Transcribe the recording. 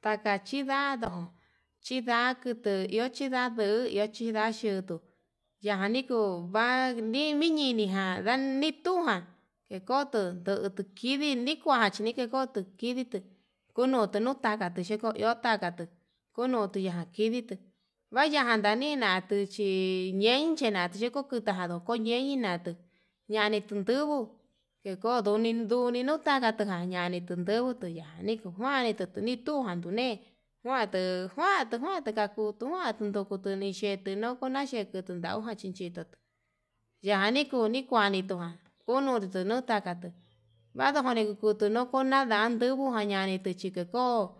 Takachi ndado chinda kutuu iho chindadiu ho chinda yutuu, yanikuu va'a yanini jan nituján tikoto tutu nikua chíkoto kidii to'o kunuu nutaka chi toko iho taka tuu kuno xhiyakiditu, vayan jantanina tuchí ñen xhina'a tukuu kutadó oñeñi natuu yani tundungu ninu koni no'o, taka tuu ñani tundungu tuyani tunguani tukuni tunga tuu ne'e njuandu njuandu kakutuu kunduu uku nixheti no'o, nona chendi tunauka chí toto yanii kuini kuani tua kuno'o nduku nuu takatu mandoni kutuu nunan dandinguu tuñani chituku ko'o